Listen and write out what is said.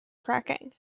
cracking